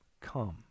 come